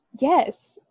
Yes